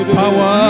power